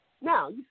Now